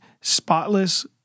spotless